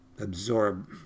absorb